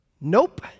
Nope